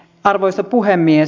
arvoisa puhemies